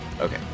Okay